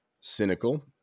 Cynical